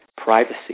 privacy